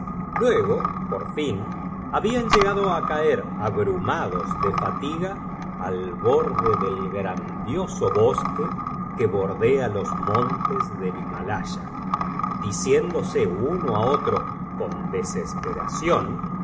luego por fin habían llegado á caer abrumados de fatiga al borde del grandioso bosque que bordea los montes del iiimnlaya diciéndose uno á otro con desesperacion